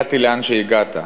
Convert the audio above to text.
והגעת לאן שהגעת,